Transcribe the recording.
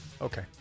Okay